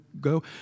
go